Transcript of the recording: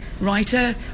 writer